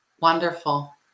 Wonderful